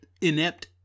inept